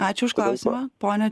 ačiū už klausimą pone